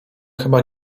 chyba